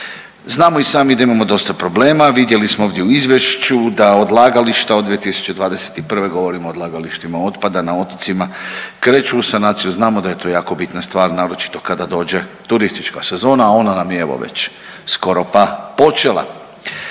Znamo i sami da imamo dosta problema, vidjeli smo ovdje u izvješću da odlagališta od 2021., govorim o odlagalištima otpada na otocima, kreću u sanaciju, znamo da je to jako bitna stvar, naročito kada dođe turistička sezona, a ona nam je evo već skoro pa počela.